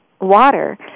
water